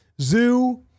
zoo